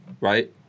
right